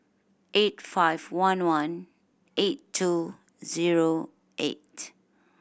eight five one one eight two zero eight